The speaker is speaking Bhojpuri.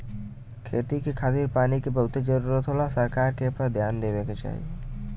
खेती के खातिर पानी के बहुते जरूरत होला सरकार के एपर ध्यान देवे के चाही